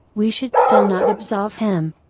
we should still not absolve him.